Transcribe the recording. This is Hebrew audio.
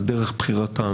על דרך בחירתם,